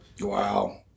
Wow